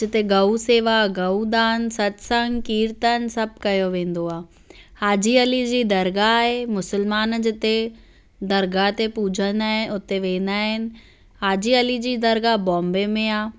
जिते गौ शेवा गौ दान सत्संग कीर्तन सभु कयो वेंदो आहे हाजी अली जी दरगाह आहे मुस्लमान जिते दरगाह ते पूॼंदा आहिनि हुते वेंदा आहिनि हाजी अली जी दरगाह बॉम्बे में आहे